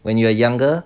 when you were younger